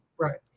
Right